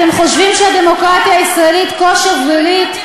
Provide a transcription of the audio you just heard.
אתם חושבים שהדמוקרטיה הישראלית כה שברירית,